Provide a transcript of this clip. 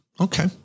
Okay